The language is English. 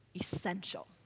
essential